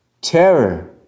Terror